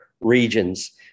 regions